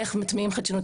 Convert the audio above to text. איך מטמיעים חדשנות,